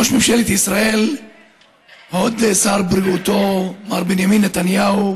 ראש ממשלת ישראל והוד שר בריאותו מר בנימין נתניהו,